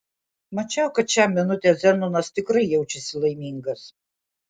mačiau kad šią minutę zenonas tikrai jaučiasi laimingas